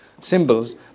symbols